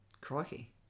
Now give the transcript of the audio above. Crikey